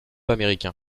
américain